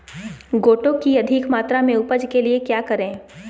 गोटो की अधिक मात्रा में उपज के लिए क्या करें?